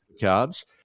cards